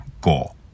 goal